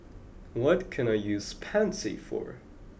what can I use Pansy for